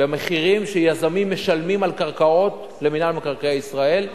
במחירים שיזמים משלמים על קרקעות למינהל מקרקעי ישראל.